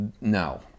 no